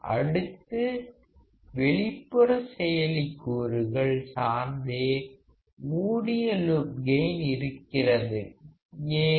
அடுத்து வெளிப்புற செயலிக்கூறுகள் சார்ந்தே மூடிய லூப் கெயின் இருக்கிறது ஏன்